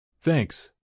Thanks